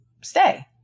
stay